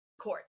court